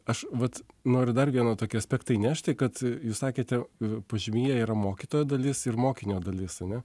aš vat noriu dar vieną tokį aspektą įnešti kad jūs sakėte pažymyje yra mokytojo dalis ir mokinio dalis ar ne